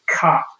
cut